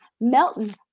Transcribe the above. Melton